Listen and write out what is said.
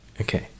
Okay